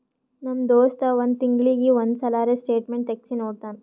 ನಮ್ ದೋಸ್ತ್ ಒಂದ್ ತಿಂಗಳೀಗಿ ಒಂದ್ ಸಲರೇ ಸ್ಟೇಟ್ಮೆಂಟ್ ತೆಗ್ಸಿ ನೋಡ್ತಾನ್